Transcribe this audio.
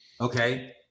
Okay